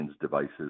devices